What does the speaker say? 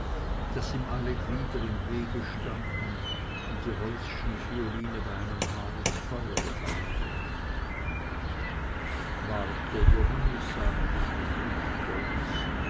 daß ihm alle glieder im wege standen und die holschenvioline bei einem haar ins feuer gefallen wäre warte johannes sagte friedrich stolz